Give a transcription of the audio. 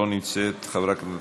אינה נוכחת,